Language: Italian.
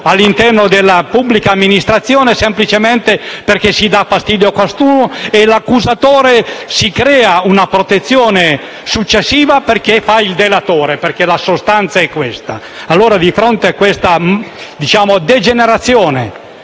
all'interno della pubblica amministrazione semplicemente perché si dà fastidio a qualcuno e l'accusatore si crea una protezione successiva perché fa il delatore (la sostanza è questa). Di fronte a questa degenerazione